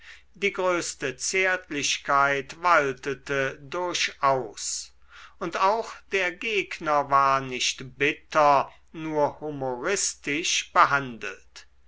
die größte zärtlichkeit waltete durchaus und auch der gegner war nicht bitter nur humoristisch behandelt